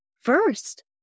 first